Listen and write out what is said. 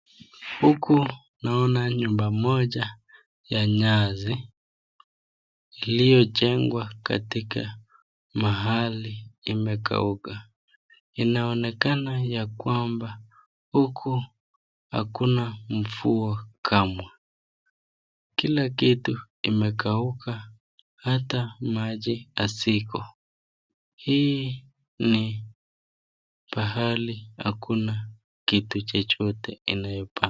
Huku naona nyumba moja ya nyasi, iliyojengwa katika mahali imekauka. Inaonekana ya kwamba huku hakuna mvua kamwe. Kila kitu imekauka, hata maji haziko. Hii ni pahali hakuna kitu chochote inayopandwa.